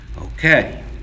okay